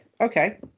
okay